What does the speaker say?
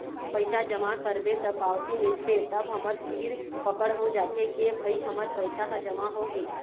पइसा जमा करबे त पावती मिलथे तब हमर तीर पकड़ हो जाथे के भई हमर पइसा ह जमा होगे